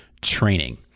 training